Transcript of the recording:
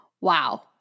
Wow